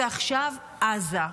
ועכשיו עזה.